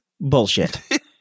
Bullshit